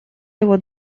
его